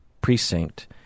precinct